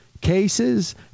cases